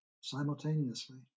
simultaneously